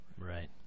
Right